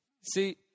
See